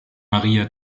maria